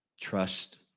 Trust